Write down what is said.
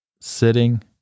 sitting